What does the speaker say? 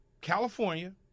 California